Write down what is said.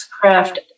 craft